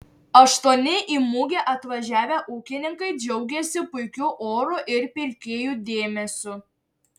aštuoni į mugę atvažiavę ūkininkai džiaugėsi puikiu oru ir pirkėjų dėmesiu